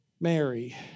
Mary